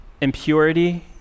impurity